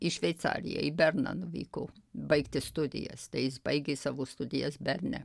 į šveicariją į berną nuvyko baigti studijas tai jis baigė savo studijas berne